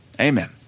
Amen